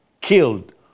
killed